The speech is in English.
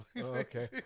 okay